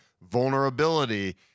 vulnerability